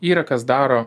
yra kas daro